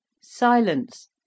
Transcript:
Silence